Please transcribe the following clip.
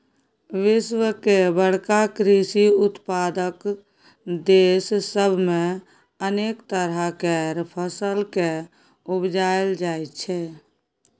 विश्व के बड़का कृषि उत्पादक देस सब मे अनेक तरह केर फसल केँ उपजाएल जाइ छै